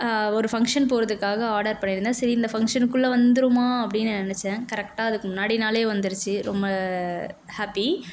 ஒரு ஃபங்க்ஷன் போவதுக்காக ஆர்டர் பண்ணிருந்தேன் சரி இந்த ஃபங்க்ஷனுக்குள்ளே வந்துடுமா அப்படின்னு நினச்சேன் கரெக்டாக அதுக்கு முன்னாடி நாளே வந்துடுச்சி ரொம்ப ஹேப்பி